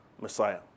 Messiah